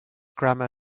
grandma